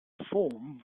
form